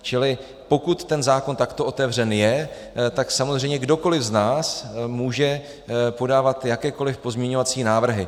Čili pokud je zákon takto otevřen, tak samozřejmě kdokoliv z nás může podávat jakékoliv pozměňovací návrhy.